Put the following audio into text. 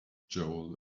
joel